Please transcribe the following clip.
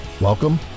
Welcome